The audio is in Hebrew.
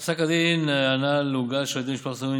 על פסק הדין הנ"ל הוגש על ידי משפחת סומרין